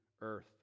earth